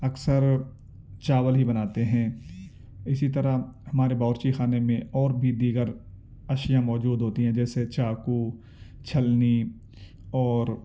اکثر چاول ہی بناتے ہیں اسی طرح ہمارے باورچی خانے میں اور بھی دیگر اشیا موجود ہوتی ہیں جیسے چاقو چھلنی اور